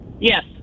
Yes